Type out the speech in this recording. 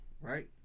right